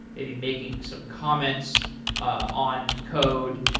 maybe making some comments on code,